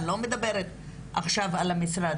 אני לא מדברת עכשיו על המשרד,